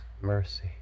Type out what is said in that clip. mercy